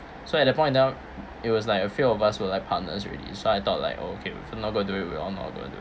so at the point out it was like a few of us were like partners already so I thought like oh okay if you're not going to do it we all not going to do